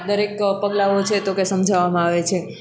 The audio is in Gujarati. દરેક પગલાઓ છે તો કે સમજાવામાં આવે છે